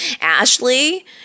Ashley